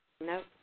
No